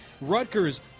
Rutgers